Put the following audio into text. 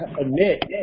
admit